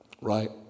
right